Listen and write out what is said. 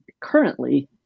currently